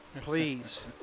Please